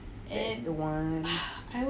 that's the one